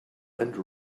and